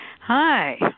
Hi